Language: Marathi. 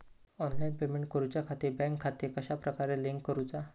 ऑनलाइन पेमेंट करुच्याखाती बँक खाते कश्या प्रकारे लिंक करुचा?